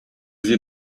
sie